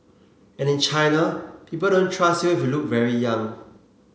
and in China people don't trust you if you look very young